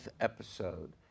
episode